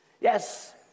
Yes